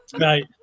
Right